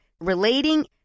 relating